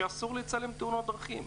שאסור לצלם תאונות דרכים.